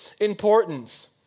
importance